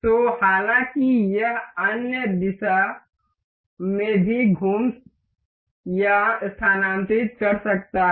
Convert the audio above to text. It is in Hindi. तो हालांकि यह अन्य दिशाओं में भी घुम या स्थानांतरित कर सकता है